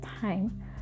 time